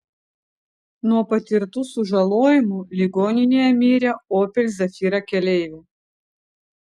nuo patirtų sužalojimų ligoninėje mirė opel zafira keleivė